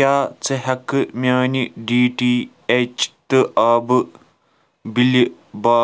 کیٛاہ ژٕ ہٮ۪ککھٕ میٛانہِ ڈی ٹی ایٚچ تہٕ آبہٕ بِلہِ با